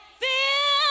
feel